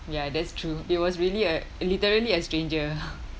ya that's true it was really a literally a stranger